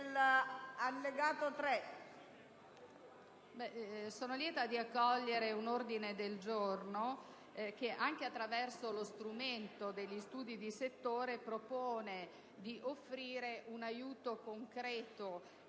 sono lieta di accogliere un ordine del giorno che, anche attraverso lo strumento degli studi di settore, propone di offrire un aiuto concreto